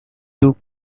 took